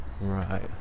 right